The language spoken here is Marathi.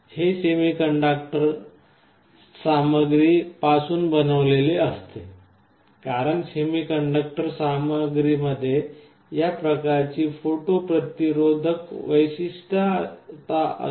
हे सेमीकंडक्टर सामग्री पासून बनवलेले असते कारण सेमीकंडक्टर सामग्रीमध्ये या प्रकारची फोटो प्रतिरोधक वैशिठ्यता असते